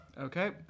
Okay